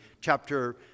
chapter